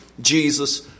Jesus